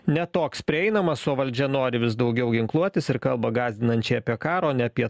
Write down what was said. ne toks prieinamas o valdžia nori vis daugiau ginkluotis ir kalba gąsdinančiai apie karą ne apie